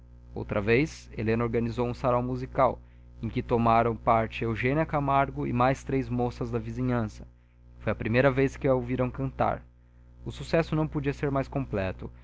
outra vez helena organizou um sarau musical em que tomaram parte eugênia camargo e mais três moças da vizinhança foi a primeira vez que a ouviram cantar o sucesso não podia ser mais completo